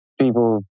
people